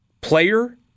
player